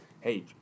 hey